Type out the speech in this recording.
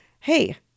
Hey